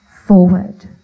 Forward